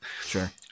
Sure